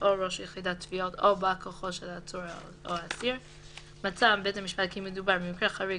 לא יורה בית המשפט על השתתפותו של עצור או אסיר בדיון באמצעי טכנולוגי,